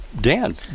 Dan